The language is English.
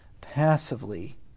passively